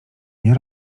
nie